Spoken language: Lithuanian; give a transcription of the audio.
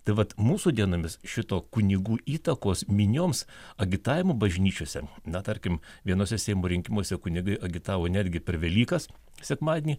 tai vat mūsų dienomis šito kunigų įtakos minioms agitavimo bažnyčiose na tarkim vienuose seimo rinkimuose kunigai agitavo netgi per velykas sekmadienį